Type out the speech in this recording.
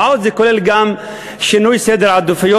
"ועוד" זה כולל גם שינוי סדר העדיפויות,